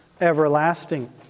everlasting